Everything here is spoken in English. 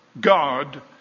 God